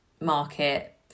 market